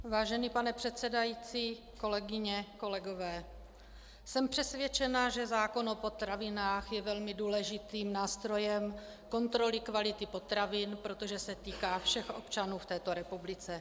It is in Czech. Vážený pane předsedající, kolegyně, kolegové, jsem přesvědčená, že zákon o potravinách je velmi důležitým nástrojem kontroly kvality potravin, protože se týká všech občanů v této republice.